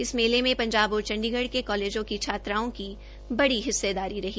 इस मेले में पंजाब और चंडीगढ़ के कालेजों की छात्राओं की बड़ी हिस्सेदारी रही